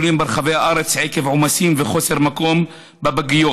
עקב עומסים קשים בפגיות ברחבי הארץ.